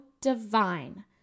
divine